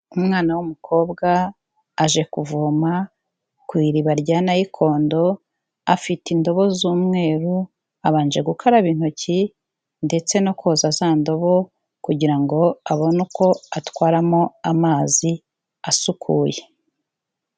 Umwana w'umukobwa aje kuvoma ku iriba rya Nayikondo afite indobo z'umweru, abanje gukaraba intoki ndetse no koza za ndobo kugira ngo abone uko atwaramo amazi asukuye.